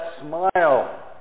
smile